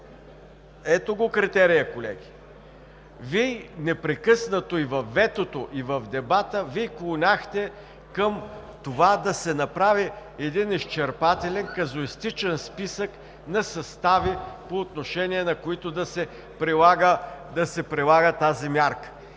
Ето го критерия, колеги. Вие непрекъснато – и във ветото, и в дебата клоняхте да се направи един изчерпателен, казуистичен списък на състави, по отношение на които да се прилага тази мярка.